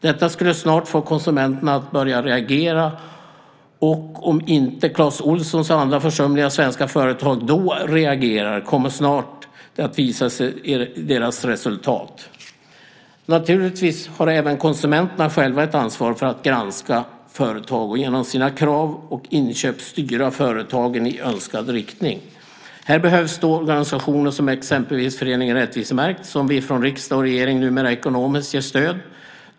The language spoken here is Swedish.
Detta skulle snart få konsumenterna att börja reagera, och om inte Clas Ohlson och andra försumliga svenska företag då reagerar kommer det snart att visa sig i deras resultatrapporter. Naturligtvis har även konsumenterna själva ett ansvar för att granska företag och för att genom sina krav och inköp styra företagen i önskad riktning. Då behövs det organisationer som exempelvis föreningen Rättvisemärkt, som vi från riksdag och regering numera ger ekonomiskt stöd.